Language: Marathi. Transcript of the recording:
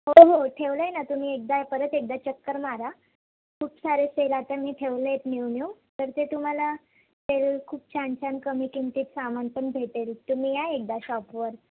हो हो ठेवलं आहे ना तुम्ही एकदा परत एकदा चक्कर मारा खूप सारे सेल आता मी ठेवले आहेत न्यू न्यू तर ते तुम्हाला खूप छान छान कमी किमतीत सामान पण भेटेल तुम्ही या एकदा शॉपवर